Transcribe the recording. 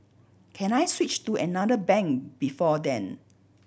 can I switch to another bank before then